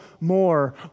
more